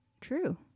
true